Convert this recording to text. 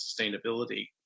sustainability